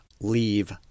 leave